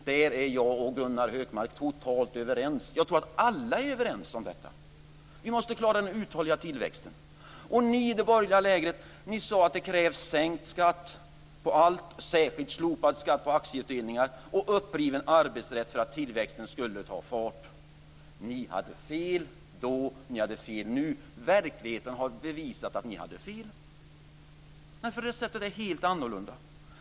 Där är jag och Gunnar Hökmark totalt överens - jag tror att alla är överens om detta. Vi måste klara den uthålliga tillväxten. Ni i det borgerliga lägret sade att det krävdes sänkt skatt på allt och särskilt slopad skatt på aktieutdelningar och uppriven arbetsrätt för att tillväxten skulle ta fart. Ni hade fel då, och ni har fel nu. Verkligheten har bevisat att ni hade fel. Nej, receptet är helt annorlunda.